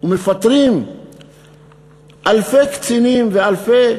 ומפטרים אלפי קצינים ואלפי